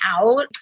out